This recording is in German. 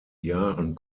jahren